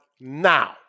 now